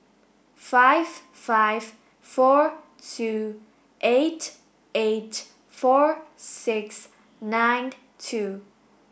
five five four two eight eight four six nine two